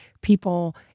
people